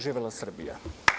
Živela Srbija!